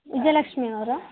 ವಿಜಯಲಕ್ಷ್ಮೀ ಅವರಾ